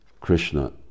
Krishna